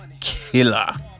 Killer